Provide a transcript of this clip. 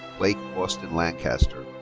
blake austin lancaster.